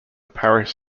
parish